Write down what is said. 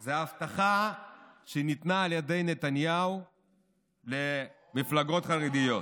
זה ההבטחה שניתנה על ידי נתניהו למפלגות החרדיות.